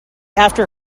after